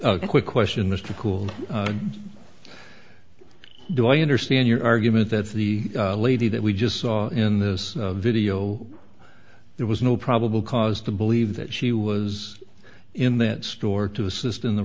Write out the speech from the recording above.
ok quick question mr cool do i understand your argument that the lady that we just saw in this video there was no probable cause to believe that she was in that store to assist in the